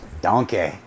donkey